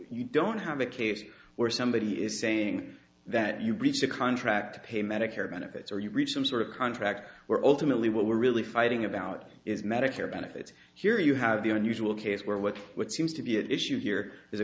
you don't have a case where somebody is saying that you breach the contract to pay medicare benefits or you reach some sort of contract we're ultimately what we're really fighting about is medicare benefits here you have the unusual case where what what seems to be at issue here